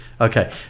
okay